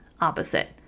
opposite